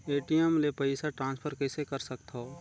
ATM ले पईसा transfer कइसे कर सकथव?